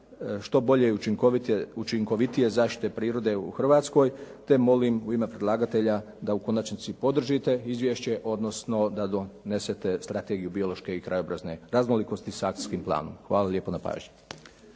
što bolje i učinkovitije zaštite prirode u Hrvatskoj te molim u ime predlagatelja da u konačnici podržite izvješće odnosno da donesete strategiju biološke i krajobrazne raznolikosti s akcijskim planom. Hvala lijepo na pažnji.